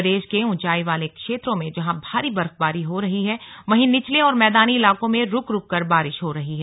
प्रदेश के ऊंचाई वाले क्षेत्रों में जहां भारी बर्फबारी हो रही है वहीं निचले और मैदानी इलाकों में रुक रुक कर बारिश हो रही है